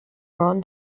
ron